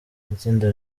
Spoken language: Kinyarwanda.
itsinda